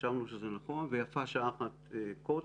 חשבנו שזה נכון ויפה שעה אחת קודם,